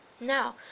Now